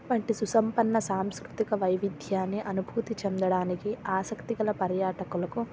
వంటి సుసంపన్న సాంకృతిక వైవిద్యాన్ని అనుభూతి చెందడానికి ఆసక్తి గల పర్యాటకులకు